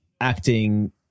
acting